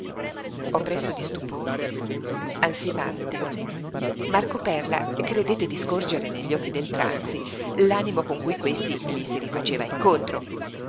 oppresso di stupore ansimante marco perla credette di scorgere negli occhi del tranzi l'animo con cui questi gli si rifaceva incontro